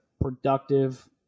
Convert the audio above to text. productive